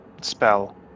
spell